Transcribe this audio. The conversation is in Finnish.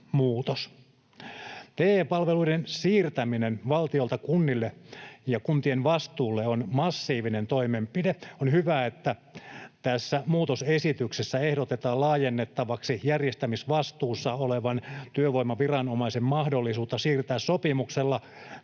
TE-palveluiden siirtäminen valtiolta kunnille ja kuntien vastuulle on massiivinen toimenpide. On hyvä, että tässä muutosesityksessä ehdotetaan laajennettavaksi järjestämisvastuussa olevan työvoimaviranomaisen mahdollisuutta siirtää sopimuksella